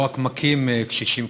שלא רק מכים קשישים,